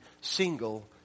single